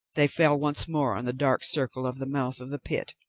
they fell once more on the dark circle of the mouth of the pit,